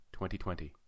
2020